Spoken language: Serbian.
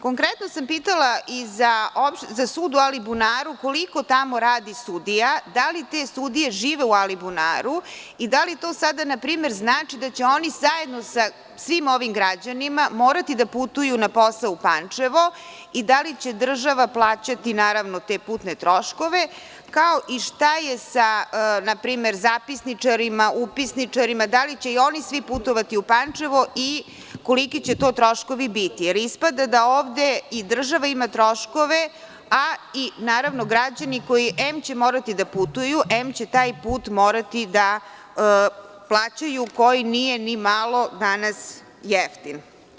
Konkretno sam pitala za sud u Alibunaru koliko tamo radi sudija, da li te sudije žive u Alibunaru i da li to sada znači da će oni zajedno sa svim ovim građanima morati da putuju na posao u Pančevo i da li će država plaćati, naravno te putne troškove kao i šta je sa zapisničarima, upisničarima, da li će i oni svi putovati u Pančevo i koliki će to troškovi biti, jer ispada da ovde i država ima troškove a i naravno građani koji, em će morati da putuju, em će taj put morati da plaćaju, koji nije ni malo danas jeftin?